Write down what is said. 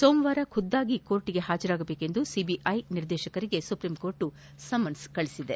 ಸೋಮವಾರ ಖುದ್ದಾಗಿ ನ್ಯಾಯಾಲಯಕ್ಕೆ ಹಾಜರಾಗುವಂತೆ ಸಿಬಿಐ ನಿರ್ದೇತಕರಿಗೆ ಸುಪ್ರೀಂಕೋರ್ಟ್ ಸಮನ್ಸ್ ನೀಡಿದೆ